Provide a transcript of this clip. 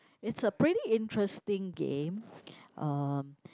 it's a pretty interesting game um